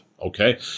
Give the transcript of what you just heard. okay